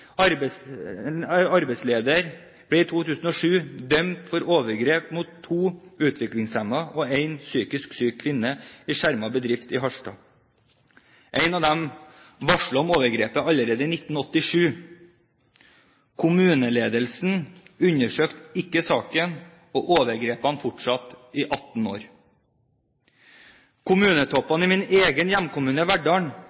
arbeidsleder ble i 2007 dømt for overgrep mot to utviklingshemmede og en psykisk syk kvinne i skjermet bedrift i Harstad. En av dem varslet om overgrepet allerede i 1987. Kommuneledelsen undersøkte ikke saken, og overgrepene fortsatte i 18